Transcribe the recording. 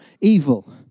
evil